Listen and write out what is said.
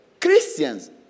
Christians